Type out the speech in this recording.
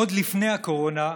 עוד לפני הקורונה,